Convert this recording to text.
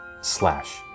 slash